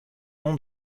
nom